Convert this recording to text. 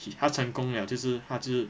he 他成功 liao 就是他就是